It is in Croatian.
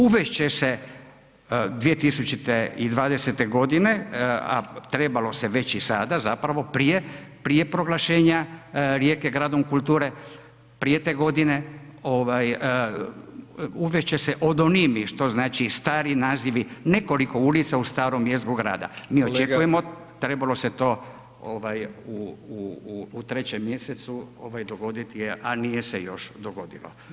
Uvest će se 2020. godine, a trebalo se već i sada zapravo prije, prije proglašenja Rijeke gradom kulture, prije te godine, uvest će se odonimi, što znači stari nazivi nekoliko ulica u staroj jezgri grada [[Upadica: Kolega.]] Mi očekujemo, trebalo se to u 3. mj. dogoditi, a nije se još dogodilo [[Upadica: Zahvaljujem.]] Hvala.